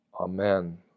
Amen